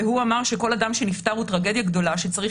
הוא אמר שכל אדם שנפטר הוא טרגדיה גדולה שצריך